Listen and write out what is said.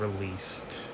released